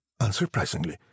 Unsurprisingly